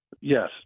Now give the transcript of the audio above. Yes